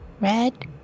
Red